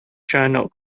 journal